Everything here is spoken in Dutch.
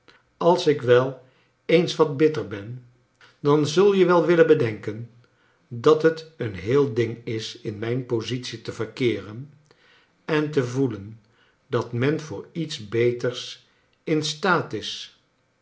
als ik wel eens wat bitter ben dan zul je wel willen bedenken dat het een heel ding is in mijn positie te verkeeren en te voelen dat men voor iets beters in staat is